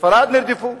בספרד נרדפו.